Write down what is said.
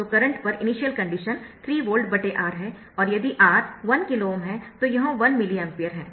तो करंट पर initial condition 3 वोल्टR है और यदि R 1 KΩ है तो यह 1 मिली एम्पीयर है